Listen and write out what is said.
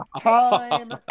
time